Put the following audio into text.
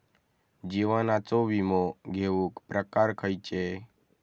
जीवनाचो विमो घेऊक प्रकार खैचे?